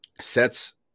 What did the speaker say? sets